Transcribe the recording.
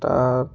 তাত